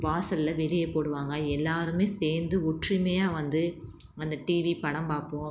வாசலில் வெளியே போடுவாங்க எல்லாரும் சேர்ந்து ஒற்றுமையாக வந்து அந்த டிவி படம் பார்ப்போம்